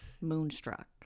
Moonstruck